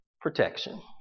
protection